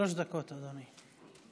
שלוש דקות, אדוני.